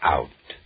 Out